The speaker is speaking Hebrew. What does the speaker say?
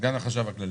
סגן החשב הכללי.